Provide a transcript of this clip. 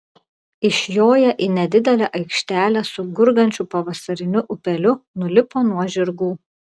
išjoję į nedidelę aikštelę su gurgančiu pavasariniu upeliu nulipo nuo žirgų